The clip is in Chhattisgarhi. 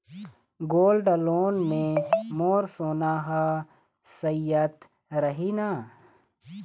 गोल्ड लोन मे मोर सोना हा सइत रही न?